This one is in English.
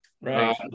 Right